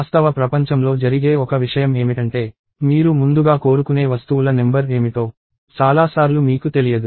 వాస్తవ ప్రపంచంలో జరిగే ఒక విషయం ఏమిటంటే మీరు ముందుగా కోరుకునే వస్తువుల నెంబర్ ఏమిటో చాలాసార్లు మీకు తెలియదు